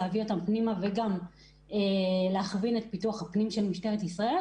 להביא אותן פנימה ולהכווין את פיתוח הפנים של משטרת ישראל.